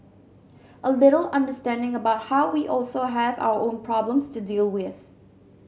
a little understanding about how we also have our own problems to deal with